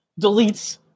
deletes